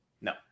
No